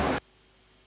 Hvala